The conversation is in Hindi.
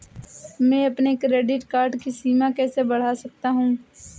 मैं अपने क्रेडिट कार्ड की सीमा कैसे बढ़ा सकता हूँ?